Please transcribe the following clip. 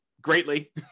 greatly